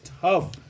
tough